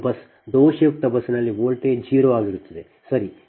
0 bus ದೋಷಯುಕ್ತ ಬಸ್ನಲ್ಲಿ voltage 0 ಆಗಿರುತ್ತದೆ ಸರಿ